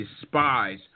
despise